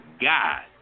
God